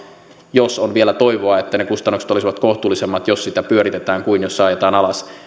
jos on vielä toivoa että ne kustannukset olisivat kohtuullisemmat jos sitä pyöritetään kuin silloin jos se ajetaan alas